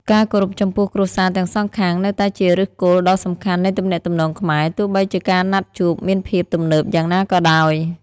ការគោរពចំពោះគ្រួសារទាំងសងខាង នៅតែជាឫសគល់ដ៏សំខាន់នៃទំនាក់ទំនងខ្មែរ ទោះបីជាការណាត់ជួបមានភាពទំនើបយ៉ាងណាក៏ដោយ។